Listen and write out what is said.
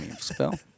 spell